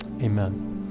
amen